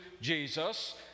Jesus